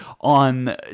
on